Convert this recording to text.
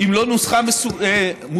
אם לא נוסחה מוסכמת,